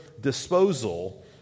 disposal